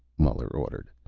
muller ordered.